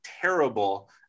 terrible